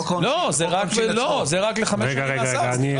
לא זה רק --- לשנים מאסר.